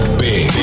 big